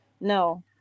No